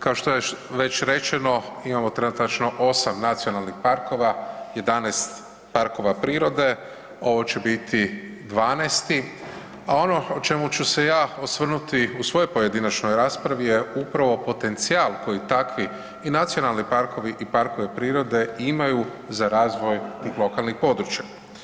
Kao što je već rečeno, imamo trenutačno 8 nacionalnih parkova, 11 parkova prirode, ovo će biti 12 a ono o čemu ću ja osvrnuti u svojoj pojedinačnoj raspravi je upravo potencijal koji takvi i nacionalni parkovi i parkovi prirode imaju za razvoj lokalnih područja.